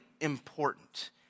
important